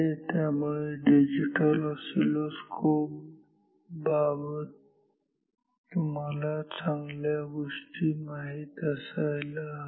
त्यामुळे digital oscilloscope बाबत तुम्हाला या गोष्टी माहीत असायला हव्या